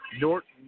Norton